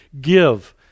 give